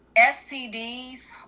STDs